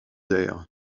airs